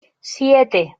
siete